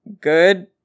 good